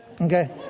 okay